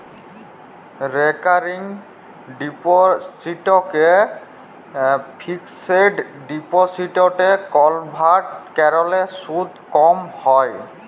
recurring ডিপসিটকে fixed ডিপসিটে convert ক্যরলে সুদ ক্যম হ্যয়